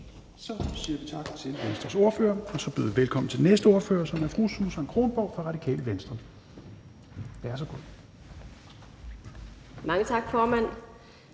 Så siger vi tak til Venstres ordfører, og så byder vi velkommen til den næste ordfører, som er fru Susan Kronborg fra Radikale Venstre. Værsgo.